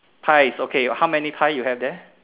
pies okay how many pie you have there